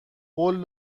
قول